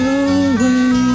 away